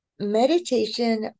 Meditation